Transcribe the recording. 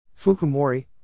Fukumori